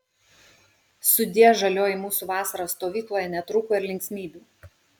sudie žalioji mūsų vasara stovykloje netrūko ir linksmybių